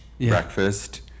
breakfast